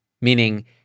meaning